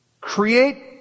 create